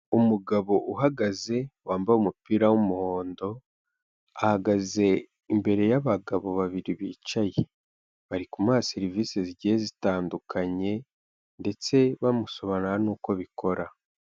Umugabo uhagaze, wambaye umupira w'umuhondo, ahagaze imbere y'abagabo babiri bicaye, bari kumaha serivisi zigiye zitandukanye ndetse bamusobanura nuko bikora.